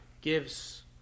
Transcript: gives